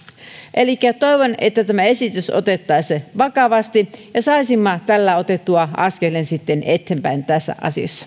elikkä toivon että tämä esitys otettaisiin vakavasti ja saisimme tällä otettua askeleen sitten eteenpäin tässä